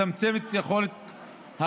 אם אתם, יש לכם כוונות רעות,